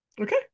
Okay